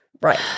Right